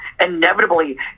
Inevitably